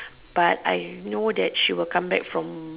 but I know that she will come back from